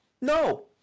No